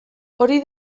hori